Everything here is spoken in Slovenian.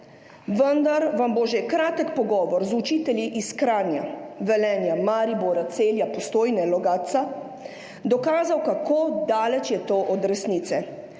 vendar vam bo že kratek pogovor z učitelji iz Kranja, Velenja, Maribora, Celja, Postojne, Logatca dokazal, kako daleč je to od resnice.